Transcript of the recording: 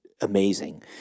amazing